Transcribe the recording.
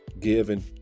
giving